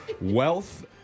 Wealth